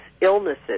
illnesses